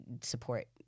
support